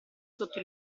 sotto